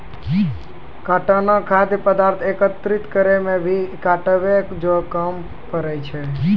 काटना खाद्य पदार्थ एकत्रित करै मे भी काटै जो काम पड़ै छै